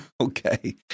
Okay